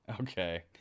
Okay